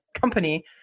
company